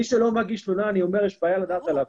מי שלא מגיש תלונה, יש בעיה לדעת עליו.